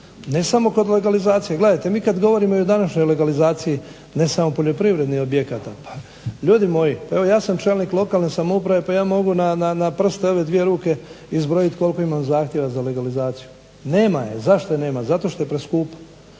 Ne samo kod legalizacije. Gledajte mi kad govorimo i o današnjoj legalizaciji ne samo poljoprivrednih objekata pa ljudi moji pa ja sam čelnik lokalne samouprave. Pa ja mogu na prste ove dvije ruke izbrojiti koliko imam zahtjeva za legalizaciju. Nema je. Zašto je nema? Zato što je preskupa.